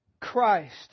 Christ